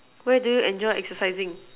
what do you enjoy exercising